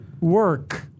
work